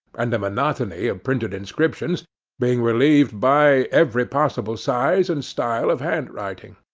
and the monotony of printed inscriptions being relieved by every possible size and style of hand-writing.